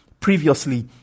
previously